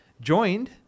joined